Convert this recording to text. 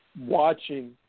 watching